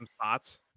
spots